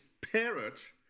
parrot